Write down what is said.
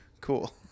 cool